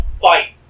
fight